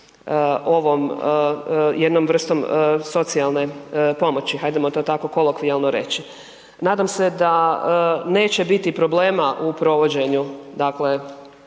baviti jednom vrstom socijalne pomoći, hajdemo to tako kolokvijalno reći. Nadam se da neće biti problema u provođenju ovakve